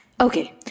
Okay